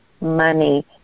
money